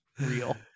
real